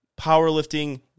powerlifting